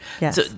Yes